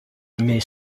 mais